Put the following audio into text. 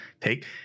take